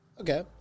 Okay